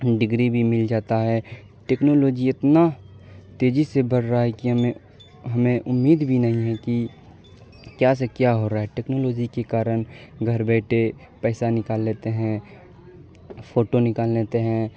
degree بھی مل جاتا ہے ٹیکنالوجی اتنا تیزی سے بڑھ رہا ہے کہ ہمیں ہمیں امید بھی نہیں ہے کہ کیا سے کیا ہو رہا ہے ٹیکنالوجی کے کارن گھر بیٹھے پیسہ نکال لیتے ہیں فوٹو نکال لیتے ہیں